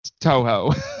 Toho